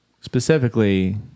Specifically